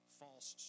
false